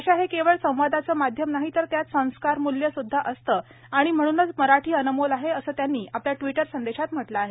भाषा हे केवळ संवादाचं माध्यम नाही तर त्यात संस्कारमूल्य सुद्धा असतं आणि म्हणूनच मराठी अनमोल आहे असं त्यांनी आपल्या ट्विटर संदेशात म्हटलं आहे